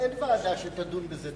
אין ועדה שתדון בזה.